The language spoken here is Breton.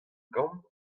gambr